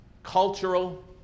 cultural